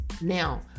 Now